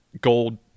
gold